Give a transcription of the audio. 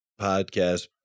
podcast